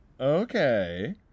okay